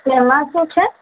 તેમાં શું છે